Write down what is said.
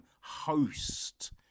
Host